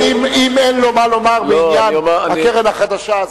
אם אין לו מה לומר בעניין הקרן החדשה,